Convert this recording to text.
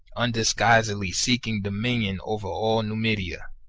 undisguisedly seeking dominion over all numidia.